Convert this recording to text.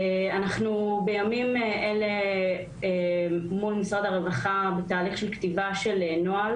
אנחנו בימים אלה מול משרד הרווחה בתהליך כתיבה של נוהל